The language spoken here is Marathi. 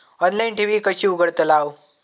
ऑनलाइन ठेव कशी उघडतलाव?